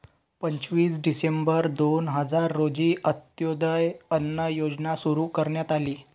पंचवीस डिसेंबर दोन हजार रोजी अंत्योदय अन्न योजना सुरू करण्यात आली